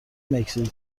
مکزیک